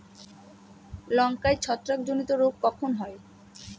লঙ্কায় ছত্রাক জনিত রোগ কখন হয়?